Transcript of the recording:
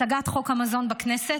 הצגת חוק המזון בכנסת,